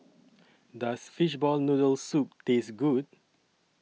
Does Fishball Noodle Soup Taste Good